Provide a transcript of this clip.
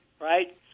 right